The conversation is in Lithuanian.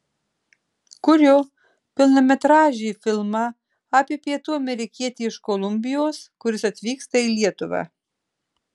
kuriu pilnametražį filmą apie pietų amerikietį iš kolumbijos kuris atvyksta į lietuvą